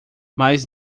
mas